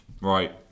Right